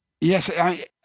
Yes